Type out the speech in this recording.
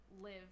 live